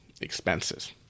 expenses